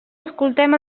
escoltem